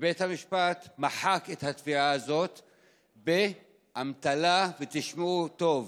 ובית המשפט מחק את התביעה הזו באמתלה, ותשמעו טוב: